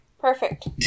Perfect